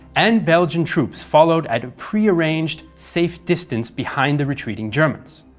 and belgian troops followed at a pre-arranged safe distance behind the retreating germans.